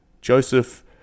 Joseph